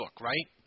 right